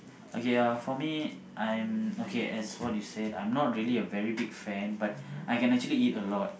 okay uh for me I'm as what you said I'm not a really big fan but I can actually eat a lot